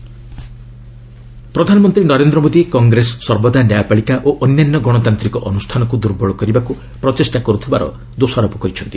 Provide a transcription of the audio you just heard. PM UP visit ପ୍ରଧାନମନ୍ତ୍ରୀ ନରେନ୍ଦ୍ର ମୋଦି କଂଗ୍ରେସ ସର୍ବଦା ନ୍ୟାୟପାଳିକା ଓ ଅନ୍ୟାନ୍ୟ ଗଣତାନ୍ତିକ ଅନୁଷ୍ଠାନକୁ ଦୁର୍ବଳ କରିବାକୁ ପ୍ରଚେଷ୍ଟା କରୁଥିବାର ଦୋଷାରୋପ କରିଛନ୍ତି